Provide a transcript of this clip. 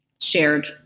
shared